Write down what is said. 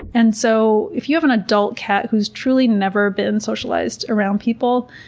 and so, if you have an adult cat who's truly never been socialized around people,